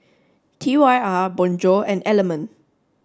T Y R Bonjour and Element